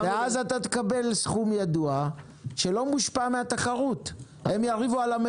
אז אתה תקבל סכום ידוע שלא מושפע מן התחרות.